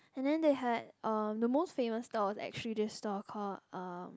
and then they had uh the most famous stall was actually this stall called uh